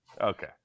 Okay